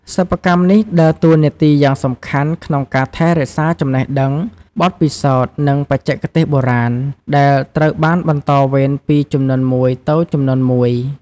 សិប្បកម្មនេះដើរតួនាទីយ៉ាងសំខាន់ក្នុងការថែរក្សាចំណេះដឹង បទពិសោធន៍ និងបច្ចេកទេសបុរាណ ដែលត្រូវបានបន្តវេនពីជំនាន់មួយទៅជំនាន់មួយ។